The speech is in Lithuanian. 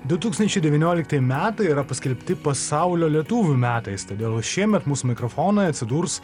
du tūkstančiai devyniolikti metai yra paskelbti pasaulio lietuvių metais todėl šiemet mūsų mikrofonai atsidurs